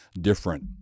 different